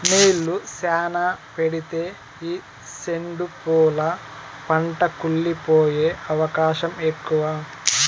నీళ్ళు శ్యానా పెడితే ఈ సెండు పూల పంట కుళ్లి పోయే అవకాశం ఎక్కువ